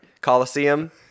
Coliseum